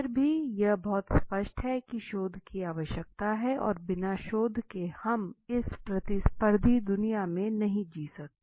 फिर भी यह बहुत स्पष्ट है कि शोध की आवश्यकता है और बिना शोध के हम इस प्रतिस्पर्धी दुनिया में नहीं जी सकते